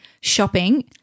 shopping